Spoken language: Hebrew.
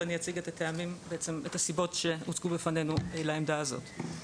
ואני אציג את הסיבות שהוצגו בפנינו לעמדה הזאת.